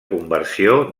conversió